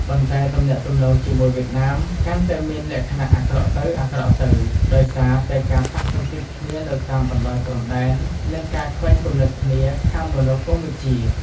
ប៉ុន្តែទំនាក់ទំនងជាមួយវៀតណាមកាន់តែមានលក្ខណៈអាក្រក់ទៅៗ ដោយសារ តែការប៉ះទង្គិចគ្នានៅតាមបណ្តោយព្រំដែន និងការខ្វែងគំនិតគ្នាខាងមនោគមន៍វិជ្ជា ។